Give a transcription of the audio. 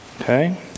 Okay